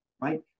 right